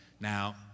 Now